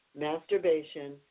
masturbation